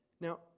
Now